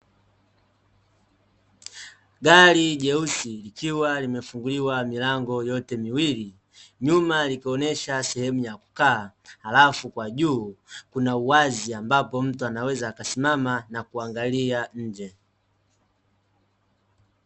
Gari jeusi, likiwa limefunguliwa milango yote miwili, nyuma likionesha sehemu ya kukaa, halafu kwa juu kuna uwazi, ambapo mtu anaweza akasimama na kuangalia nje.